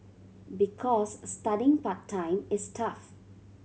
because studying part time is tough